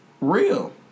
real